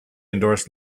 endorsed